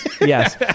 yes